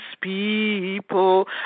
people